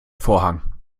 vorhang